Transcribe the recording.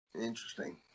Interesting